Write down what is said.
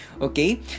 okay